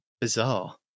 bizarre